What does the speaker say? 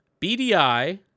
BDI